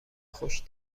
خوش